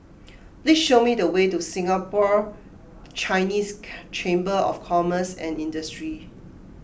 please show me the way to Singapore Chinese Chamber of Commerce and Industry